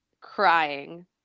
crying